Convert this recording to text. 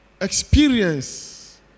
experience